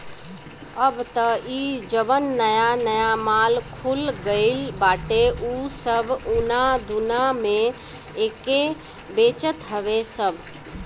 अब तअ इ जवन नया नया माल खुल गईल बाटे उ सब उना दूना में एके बेचत हवे सब